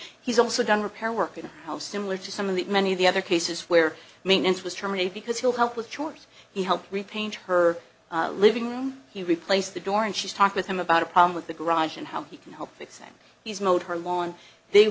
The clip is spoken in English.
he's also done repair work in the house similar to some of the many of the other cases where maintenance was terminated because he'll help with chores he helped repaint her living room he replaced the door and she's talk with him about a problem with the garage and how he can help it say he's mowed her lawn they